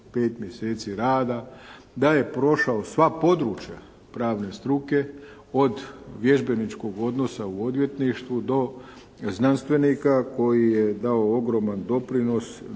i 5 mjeseci rada, da je prošao sva područja pravne struke od vježbeničkog odnosa u odvjetništvu do znanstvenika koji je dao ogroman doprinos